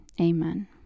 Amen